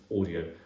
audio